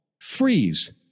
freeze